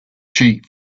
chief